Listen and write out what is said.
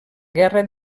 guerra